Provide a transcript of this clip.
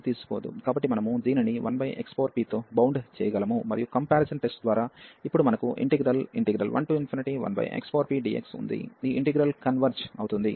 కాబట్టి మనము దీనిని 1xp తో బౌండ్ చేయగలము మరియు కంపారిజాన్ టెస్ట్ ద్వారా ఇప్పుడు మనకు ఇంటిగ్రల్ 11xpdx ఉంది ఈ ఇంటిగ్రల్ కన్వర్జ్ అవుతుంది